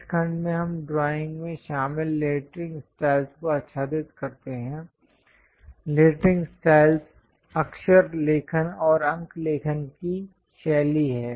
इस खंड में हम ड्राइंग में शामिल लेटरिंग स्टाइल्स को आच्छादित करते हैं लेटरिंग स्टाइल्स अक्षर लेखन और अंक लेखन की शैली है